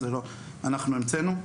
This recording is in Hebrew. לא אנחנו המצאנו.